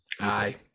Aye